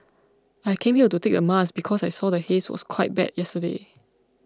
I came here to take the mask because I saw the haze was quite bad yesterday